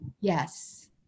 Yes